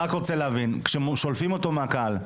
כששולפים אותו מהקהל,